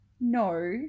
No